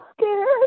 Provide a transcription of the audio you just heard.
scared